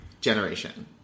generation